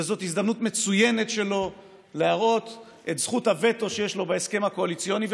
וזו הזדמנות מצוינת שלו להראות את זכות הווטו שיש לו בהסכם הקואליציוני.